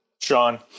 sean